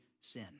sin